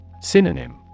Synonym